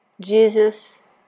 Jesus